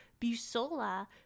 busola